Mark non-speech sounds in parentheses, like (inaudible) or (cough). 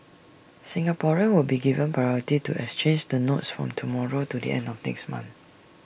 Singaporeans will be given priority to exchange the notes (noise) from tomorrow to the end of next month